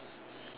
ya